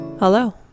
Hello